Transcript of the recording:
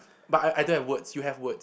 but I I don't have words you have word